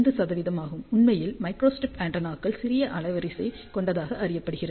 5 ஆகும் உண்மையில் மைக்ரோஸ்ட்ரிப் ஆண்டெனாக்கள் சிறிய அலைவரிசை கொண்டதாக அறியப்படுகிறது